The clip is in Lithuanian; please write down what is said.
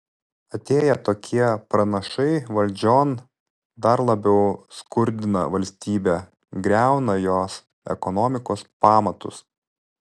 atėję tokie pranašai valdžion dar labiau skurdina valstybę griauna jos ekonomikos pamatus